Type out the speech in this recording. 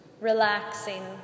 relaxing